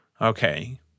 okay